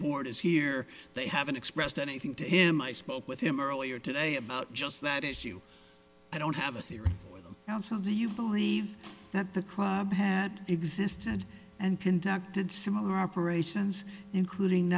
board is here they haven't expressed anything to him i spoke with him earlier today about just that issue i don't have a theory with counsel do you believe that the club had existed and conducted similar operations including